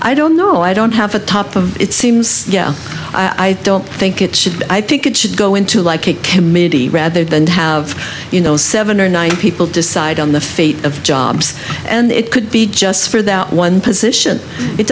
i don't know i don't have a top of it seems i don't think it should be i think it should go into like a committee rather than have you know seven or nine people decide on the fate of jobs and it could be just one position it